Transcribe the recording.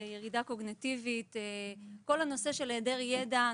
ירידה קוגניטיבית וכל הנושא של היעדר ידע.